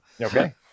Okay